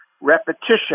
repetition